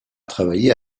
travailler